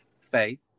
faith